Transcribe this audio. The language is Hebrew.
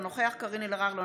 אינו נוכח קארין אלהרר,